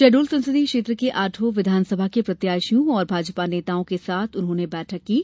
शहडोल संसदीय क्षेत्र के आठों विधानसभा के प्रत्याशियों और भाजपा नेताओं के साथ बैठक की है